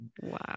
wow